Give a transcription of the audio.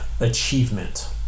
Achievement